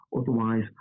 Otherwise